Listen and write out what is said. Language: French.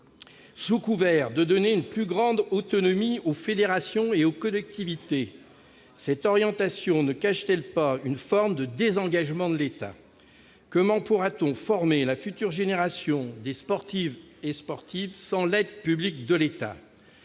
Sous couvert de donner une plus grande autonomie aux fédérations et aux collectivités, cette orientation ne cache-t-elle pas une forme de désengagement de l'État ? Comment pourra-t-on former la future génération de sportives et sportifs sans l'aide publique de l'État ?